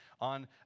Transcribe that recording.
on